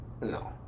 No